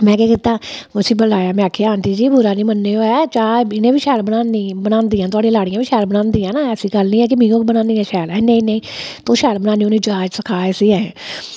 में केह् कीता उस्सी बलाया में आखेआ आंटी जी बुरा निं मन्नेओ ऐ चाह् इ'न्नै बी शैल बनानी बनांदियां न तोआढ़ियां लाड़ियां बी शैल बनांदियां न ऐसी गल्ल निं है के मी ओ बनानी आं शैलअहैं नेईं तू शैल बनान्नी होन्नी जाच सखा इस्सी अहें